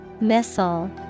Missile